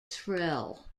trill